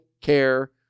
care